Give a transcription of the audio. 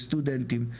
לסטודנטים.